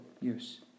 use